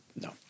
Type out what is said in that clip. no